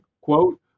quote